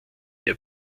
der